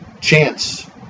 chance